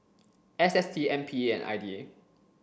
S S T M P A and I D A